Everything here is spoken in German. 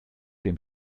dem